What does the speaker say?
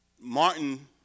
Martin